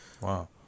Wow